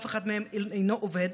אף אחד מהם אינו עובד,